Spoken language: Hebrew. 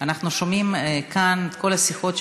אנחנו שומעים כאן את כל השיחות שלכם,